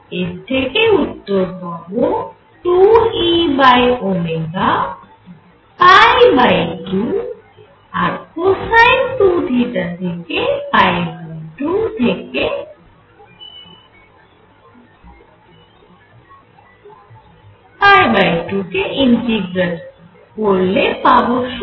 এর থেকে উত্তর পাবো 2E12 আর কোসাইন 2 থিটা কে 2 থেকে 2 তে ইন্টিগ্রেট করলে পাবো 0